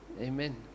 Amen